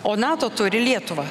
o nato turi lietuvą